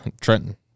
Trenton